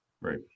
Right